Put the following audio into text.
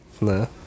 No